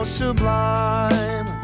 sublime